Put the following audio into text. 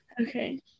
okay